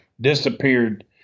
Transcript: disappeared